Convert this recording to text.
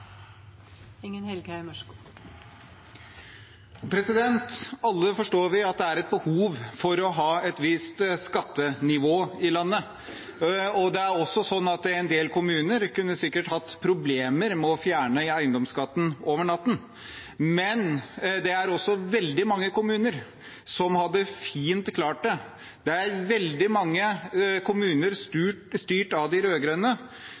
behov for å ha et visst skattenivå i landet, og det er også sånn at en del kommuner sikkert kunne hatt problemer med å fjerne eiendomsskatten over natten. Men det er også veldig mange kommuner som fint hadde klart det. Det er veldig mange kommuner styrt av de